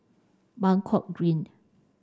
Buangkok Green